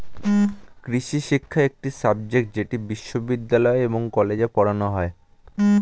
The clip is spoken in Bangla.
কৃষিশিক্ষা একটি সাবজেক্ট যেটি বিশ্ববিদ্যালয় এবং কলেজে পড়ানো হয়